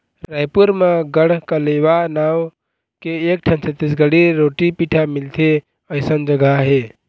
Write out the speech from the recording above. रइपुर म गढ़कलेवा नांव के एकठन छत्तीसगढ़ी रोटी पिठा मिलथे अइसन जघा हे